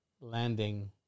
landing